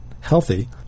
healthy